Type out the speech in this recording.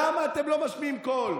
למה אתם לא משמיעים קול?